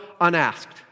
unasked